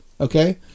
okay